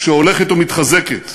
שהולכת ומתחזקת,